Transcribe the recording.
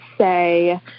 say